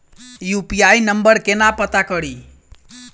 UPI number केना पत्ता कड़ी?